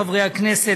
חברי הכנסת,